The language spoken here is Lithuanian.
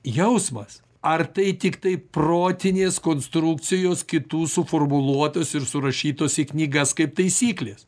jausmas ar tai tiktai protinės konstrukcijos kitų suformuluotos ir surašytos į knygas kaip taisyklės